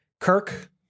Kirk